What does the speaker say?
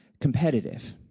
competitive